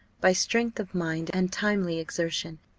by strength of mind, and timely exertion,